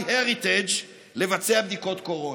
MyHeritage, לבצע בדיקות קורונה.